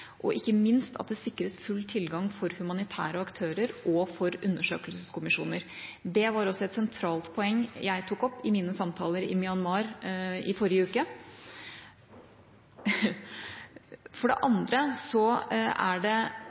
og ikke minst at det sikres full tilgang for humanitære aktører og for undersøkelseskommisjoner. Det var også et sentralt poeng jeg tok opp i mine samtaler i Myanmar i forrige uke. For det andre er det